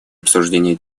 обсуждению